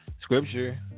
Scripture